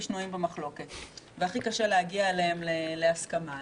שנויים במחלוקת והכי קשה להגיע להסכמה לגביהם.